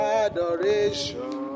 adoration